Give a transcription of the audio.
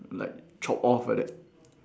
like chopped off like that